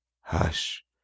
hush